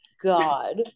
God